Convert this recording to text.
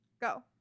Go